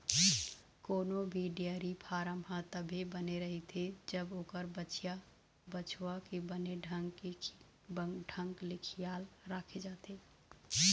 कोनो भी dairy farm ह तभे बने रहिथे जब ओखर बछिया, बछवा के बने ढंग ले खियाल राखे जाथे